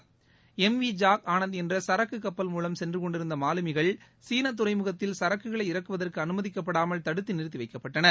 ளம் வி ஜாக் ஆனந்த் என்ற சரக்கு கப்பல் மூவம் சென்றுக்கொண்டிருந்த மாலுமிகள் சீன துறைமுகத்தில் சரக்குகளை இறக்குவதற்கு அனுமதிக்கப்படாமல் தடுத்து நிறுவத்தி வைக்கப்பட்டனர்